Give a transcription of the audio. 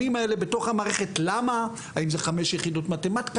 וטוב שיושב ראש ות"ת הוא זה שיחזיק את המושכות בעניין הזה.